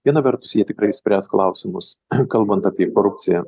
viena vertus jie tikrai spręs klausimus kalbant apie korupciją